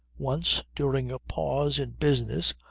once, during a pause in business,